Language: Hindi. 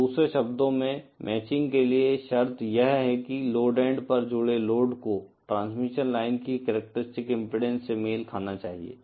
तो दूसरे शब्दों में मैचिंग के लिए शर्त यह है कि लोड एंड पर जुड़े लोड को ट्रांसमिशन लाइन की करेक्टरस्टिक्स इम्पीडेन्स से मेल खाना चाहिए